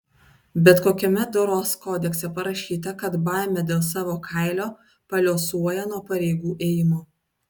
bet kokiame doros kodekse parašyta kad baimė dėl savo kailio paliuosuoja nuo pareigų ėjimo